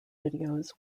videos